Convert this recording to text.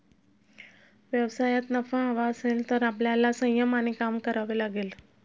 व्यवसायात नफा हवा असेल तर आपल्याला संयमाने काम करावे लागेल